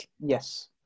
Yes